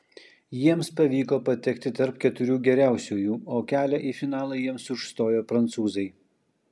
jiems pavyko patekti tarp keturių geriausiųjų o kelią į finalą jiems užstojo prancūzai